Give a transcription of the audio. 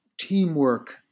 teamwork